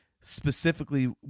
specifically